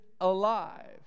alive